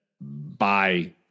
bye